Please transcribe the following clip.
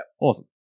awesome